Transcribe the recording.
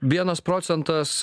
vienas procentas